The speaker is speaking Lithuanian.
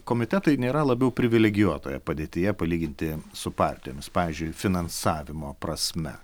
komitetai nėra labiau privilegijuotoje padėtyje palyginti su partijomis pavyzdžiui finansavimo prasme